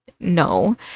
No